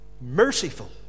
merciful